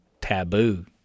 taboo